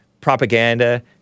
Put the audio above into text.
propaganda